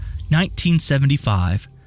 1975